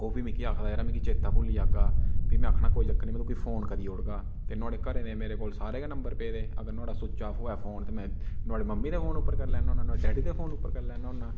ओह् बी मिगी आखदा यार अगर मिगी चेता भुल्ली जाह्गा फ्ही में आखना कोई चक्कर नि में तुगी फ़ोन करी उड़गा ते नुहाड़े घरै दे मेरे कोल सारे गै नंबर पेदे अगर नुहाड़ा सोच्च ऑफ होऐ फ़ोन ते में नुहाड़े मम्मी दे फ़ोन उप्पर करी लैन्ना होन्ना नुहाड़े डैडी दे फ़ोन उप्पर करी लैन्ना होन्ना